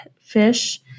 fish